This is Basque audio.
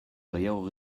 gehiago